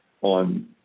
On